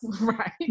Right